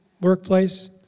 workplace